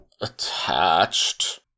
Attached